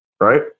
right